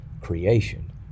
creation